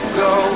go